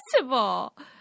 possible